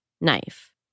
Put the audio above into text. knife